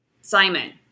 simon